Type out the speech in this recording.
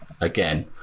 again